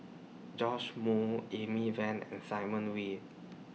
Joash Moo Amy Van and Simon Wee